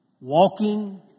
walking